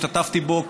השתתפתי בו,